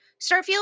starfield